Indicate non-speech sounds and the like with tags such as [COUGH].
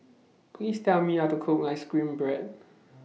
Please Tell Me How to Cook Ice Cream Bread [NOISE]